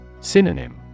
Synonym